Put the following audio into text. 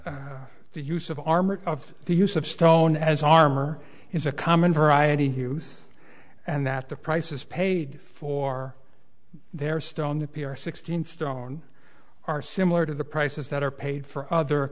the use of armor of the use of stone as armor is a common variety who's and that the prices paid for their stone the p r sixteen stone are similar to the prices that are paid for other